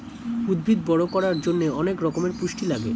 উদ্ভিদ বড় করার জন্যে অনেক রকমের পুষ্টি লাগে